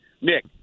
Nick